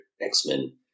X-Men